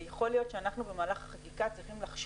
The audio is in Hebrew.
ויכול להיות שבמהלך החקיקה אנחנו צריכים לחשוב,